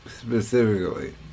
specifically